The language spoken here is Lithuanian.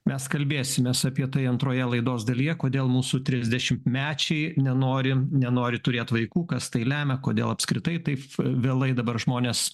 mes kalbėsimės apie tai antroje laidos dalyje kodėl mūsų trisdešimtmečiai nenori nenori turėt vaikų kas tai lemia kodėl apskritai taip vėlai dabar žmonės